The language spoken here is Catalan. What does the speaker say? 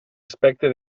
aspecte